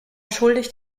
schuldig